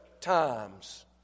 times